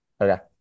Okay